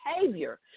behavior